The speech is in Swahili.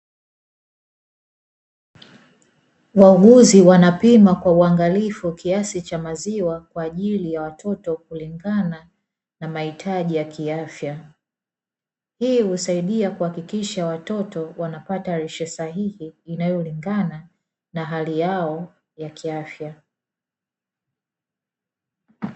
Wauguzi wanapima kwa uangalifu kiasi cha maziwa kwa ajili ya watoto kulingana na mahitaji ya kiafya. Hii husaidia kuhakikisha watoto wanapata lishe sahihi inayolingana na hali yao ya kiafya.